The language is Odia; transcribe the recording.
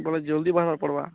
ବଲେ ଜଲ୍ଦି ବାହାର୍ ପଡ଼ବା